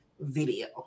video